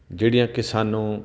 ਜਿਹੜੀਆਂ ਕਿ ਸਾਨੂੰ